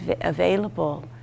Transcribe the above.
available